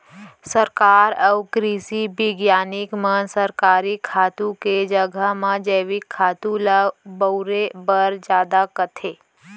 सरकार अउ कृसि बिग्यानिक मन रसायनिक खातू के जघा म जैविक खातू ल बउरे बर जादा कथें